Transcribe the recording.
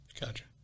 Gotcha